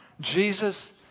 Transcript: Jesus